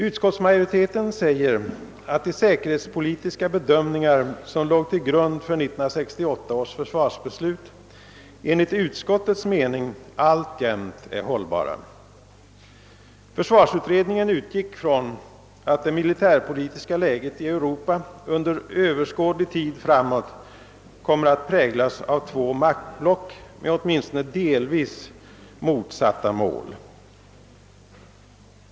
Utskottsmajoriteten säger att de säkerhetspolitiska bedömningar som låg till grund för 1968 års försvarsbeslut enligt utskottets mening alltjämt är hållbara. Försvarsutredningen utgick från att det militärpolitiska läget i Europa under överskådlig tid framåt kommer att präglas av två maktblock med åtminstone delvis motsatta mål.